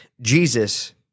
Jesus